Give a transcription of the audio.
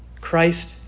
Christ